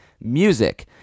music